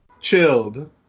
chilled